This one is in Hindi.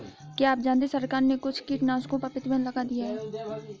क्या आप जानते है सरकार ने कुछ कीटनाशकों पर प्रतिबंध लगा दिया है?